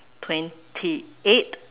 twenty eight